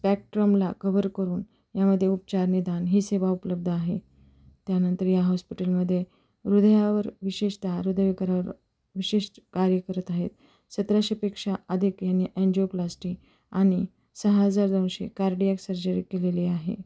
स्पॅक्ट्रमला cover करून यामध्ये उपचार निदान ही सेवा उपलब्ध आहे त्यानंतर या हॉस्पिटलमध्येे हृदयावर विशेषताः हृदय करावर विशेष कार्य करत आहेत सतराशे पेक्षा अधिक यांनी एनजिओ प्लास्टी आणि सहाजार दोनशे कार्डियक सर्जरी केलेली आहे